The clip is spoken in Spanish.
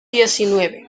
diecinueve